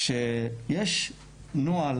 שיש נוהל